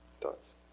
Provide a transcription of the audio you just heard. Thoughts